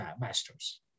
master's